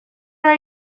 are